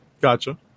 Gotcha